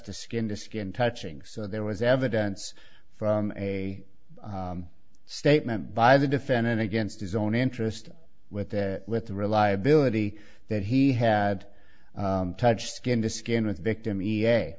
the skin to skin touching so there was evidence from a statement by the defendant against his own interest with the with the reliability that he had touched skin to skin with victim e a